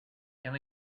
can